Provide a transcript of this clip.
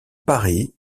paris